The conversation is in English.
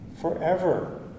Forever